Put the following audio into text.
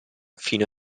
fino